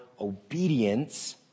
obedience